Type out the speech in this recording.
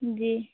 जी